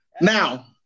Now